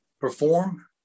perform